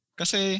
kasi